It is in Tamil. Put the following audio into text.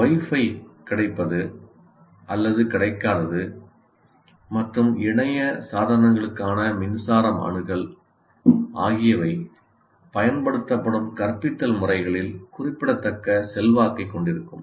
வைஃபை கிடைப்பது அல்லது கிடைக்காதது மற்றும் இணைய சாதனங்களுக்கான மின்சாரம் அணுகல் ஆகியவை பயன்படுத்தப்படும் கற்பித்தல் முறைகளில் குறிப்பிடத்தக்க செல்வாக்கைக் கொண்டிருக்கும்